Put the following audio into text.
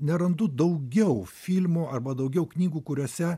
nerandu daugiau filmų arba daugiau knygų kuriose